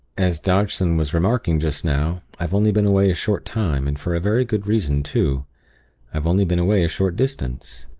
as dodgson was remarking just now, i've only been away a short time, and for a very good reason too i've only been away a short distance.